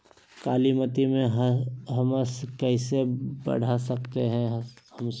कालीमती में हमस कैसे बढ़ा सकते हैं हमस?